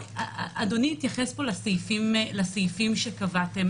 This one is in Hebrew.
אדוני התייחס פה לסעיפים שקבעתם.